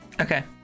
Okay